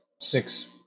six